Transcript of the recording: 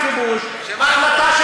החלטות?